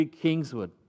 Kingswood